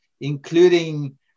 including